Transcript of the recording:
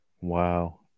Wow